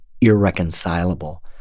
irreconcilable